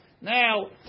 now